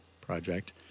Project